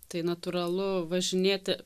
tai natūralu važinėti